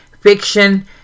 fiction